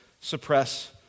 suppress